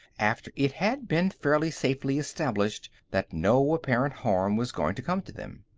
after it had been fairly safely established that no apparent harm was going to come to them.